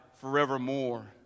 forevermore